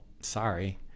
sorry